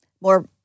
more